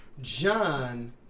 John